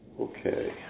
okay